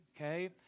Okay